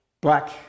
black